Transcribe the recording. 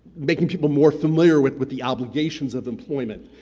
making people more familiar with with the obligations of employment.